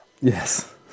yes